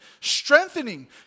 strengthening